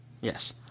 Yes